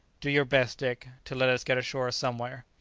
do your best, dick, to let us get ashore somewhere.